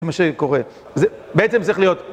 זה מה שקורה, זה בעצם צריך להיות...